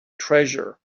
treasure